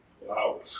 Wow